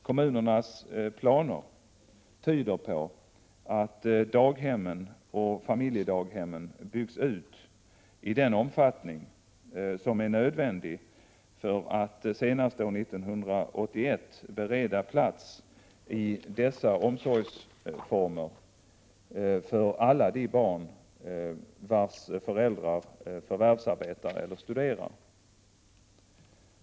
Kommunernas planer tyder på att daghemmen och familjedaghemmen byggs ut i den omfattning som är nödvändig för att man senast år 1991 skall kunna bereda plats i dessa omsorgsformer för alla de barn vilkas föräldrar förvärvsarbetar eller studerar.